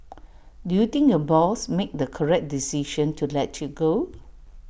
do you think your boss made the correct decision to let you go